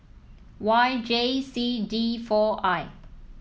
Y J C D four I